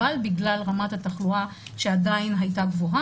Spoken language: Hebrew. אבל בגלל רמת התחלואה שעדיין הייתה גבוהה